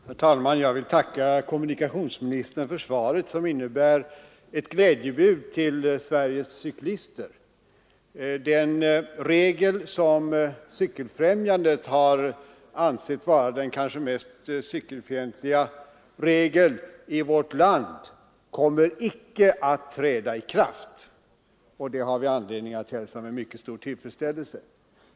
Herr talman! Jag vill tacka kommunikationsministern för svaret som innebär ett glädjebud för Sveriges cyklister. Den regel som Cykeloch mopedfrämjandet har ansett vara den kanske mest cykelfientliga regeln i svensk trafikhistoria kommer icke att träda i kraft, och det har vi anledning att hälsa med mycket stor tillfredsställelse.